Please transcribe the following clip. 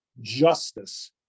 justice